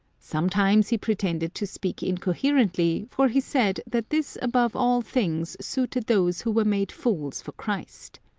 sometimes he pretended to speak incoherently, for he said that this above all things suited those who were made fools for christ.